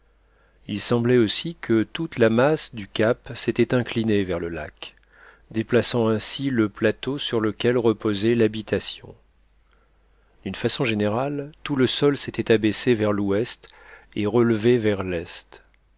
il semblait aussi que toute la masse du cap s'était inclinée vers le lac déplaçant ainsi le plateau sur lequel reposait l'habitation d'une façon générale tout le sol s'était abaissé vers l'ouest et relevé vers l'est